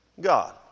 God